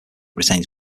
retains